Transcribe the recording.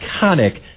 iconic